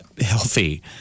healthy